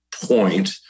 point